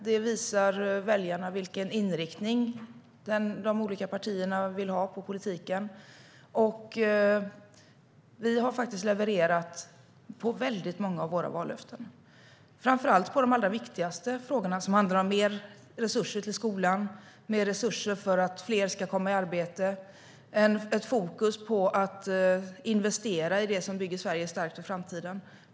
De visar väljarna vilken inriktning de olika partierna vill ha på politiken. Vi har faktiskt levererat på väldigt många av våra vallöften, framför allt i de allra viktigaste frågorna, såsom mer resurser till skolan, mer resurser för att fler ska komma i arbete och ett fokus på att investera i det som bygger Sverige starkt för framtiden.